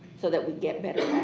so that we get better